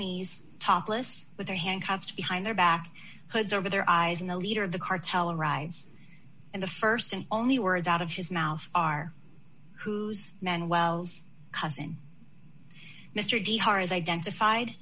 knees topless with their handcuffs behind their back hoods over their eyes and the leader of the cartel arrives and the st and only words out of his mouth are who's man wells cousin mr de har is identified